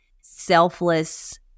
selfless